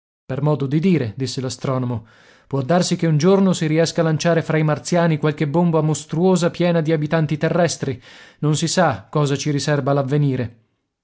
per modo di dire disse l'astronomo può darsi che un giorno si riesca a lanciare fra i martiani qualche bomba mostruosa piena di abitanti terrestri non si sa cosa ci riserba